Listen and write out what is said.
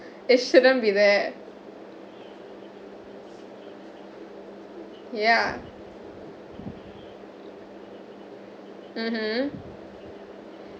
it shouldn't be there ya mmhmm